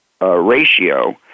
ratio